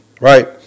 right